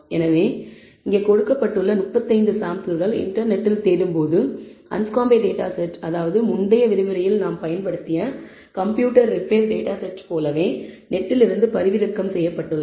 எனவே இங்கே கொடுக்கப்பட்டுள்ள 35 சாம்பிள்கள் இன்டர்நெட்டில் தேடும்போது அன்ஸ்காம்ப் டேட்டா செட் அதாவது முந்தைய விரிவுரையில் நான் பயன்படுத்திய கம்ப்யூட்டர் ரிப்பேர் டேட்டா செட் போலவே நெட்டில் இருந்து பதிவிறக்கம் செய்யப்பட்டுள்ளன